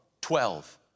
Twelve